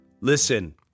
listen